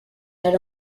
had